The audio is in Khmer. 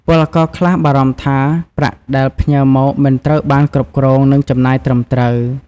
ពលករខ្លះបារម្ភថាប្រាក់ដែលផ្ញើមកមិនត្រូវបានគ្រប់គ្រង និងចំណាយត្រឹមត្រូវ។